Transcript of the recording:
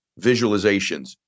visualizations